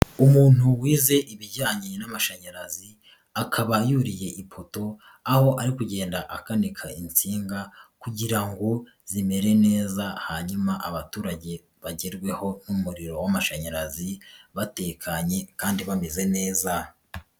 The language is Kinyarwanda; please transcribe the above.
Umuntu wize ibijyanye n'amashanyarazi, akaba yuriye ipoto, aho ari kugenda akanika insinga kugira ngo zimere neza, hanyuma abaturage bagerweho n'umuriro w'amashanyarazi, batekanye kandi bameze neza.